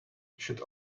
should